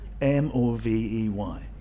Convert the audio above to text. M-O-V-E-Y